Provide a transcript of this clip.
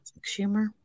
Schumer